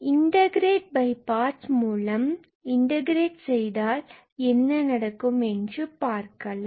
integrate by parts மூலம் integrate செய்தால் என்ன நடக்கும் என்று பார்க்கலாம்